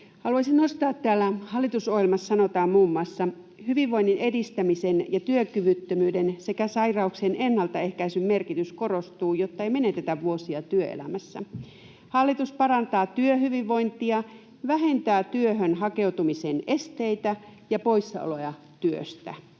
Haluaisin nostaa tämän, kun täällä hallitusohjelmassa sanotaan muun muassa: "Hyvinvoinnin edistämisen ja työkyvyttömyyden sekä sairauksien ennaltaehkäisyn merkitys korostuu, jotta ei menetetä vuosia työelämässä. Hallitus parantaa työhyvinvointia, vähentää työhön hakeutumisen esteitä ja poissaoloja työstä."